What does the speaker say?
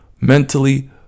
mentally